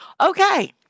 Okay